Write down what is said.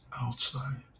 outside